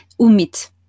umit